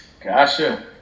Gotcha